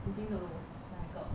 we've been though 哪一个